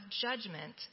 judgment